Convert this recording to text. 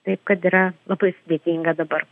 taip kad yra labai sudėtinga dabar